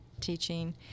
teaching